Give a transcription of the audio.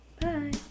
Bye